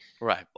Right